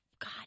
God